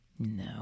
No